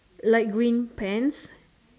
light green pants